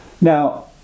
Now